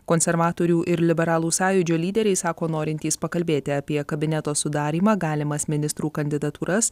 konservatorių ir liberalų sąjūdžio lyderiai sako norintys pakalbėti apie kabineto sudarymą galimas ministrų kandidatūras